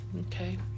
Okay